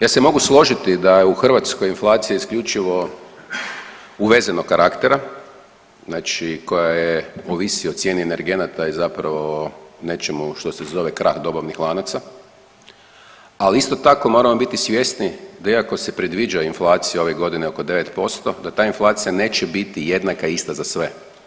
Ja se mogu složiti da je u Hrvatskoj inflacija isključivo uvezenog karaktera, znači koja je ovisi o cijeni energenata i zapravo nečemu što se zove krah dobavnih lanaca, ali isto tako moramo biti svjesni da iako se predviđa inflacija ove godine oko 9%, da ta inflacija neće biti jednaka i ista za sve.